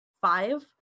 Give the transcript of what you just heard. five